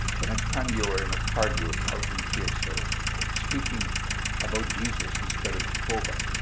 the next time you are in a car group out in field service, try speaking about jesus instead of jehovah.